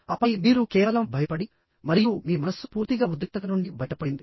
ఆపై మీరు కేవలం భయపడి మరియు మీ మనస్సు పూర్తిగా ఉద్రిక్తత నుండి బయటపడింది